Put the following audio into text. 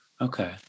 okay